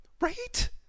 Right